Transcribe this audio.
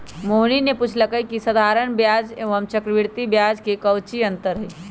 मोहिनी ने पूछल कई की साधारण ब्याज एवं चक्रवृद्धि ब्याज में काऊची अंतर हई?